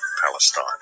Palestine